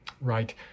Right